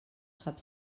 sap